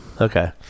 Okay